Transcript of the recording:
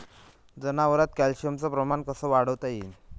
जनावरात कॅल्शियमचं प्रमान कस वाढवता येईन?